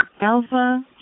Alpha